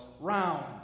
round